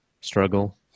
struggle